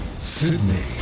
Sydney